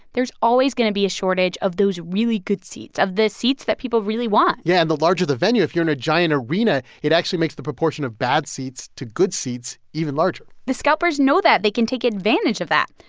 there's always going to be a shortage of those really good seats, of the seats that people really want yeah. and the larger the venue if you're in a giant arena, it actually makes the proportion of bad seats to good seats even larger the scalpers know that. they can take advantage of that.